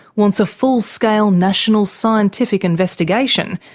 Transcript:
wants a full-scale national scientific investigation,